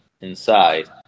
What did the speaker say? inside